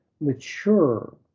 mature